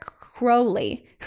Crowley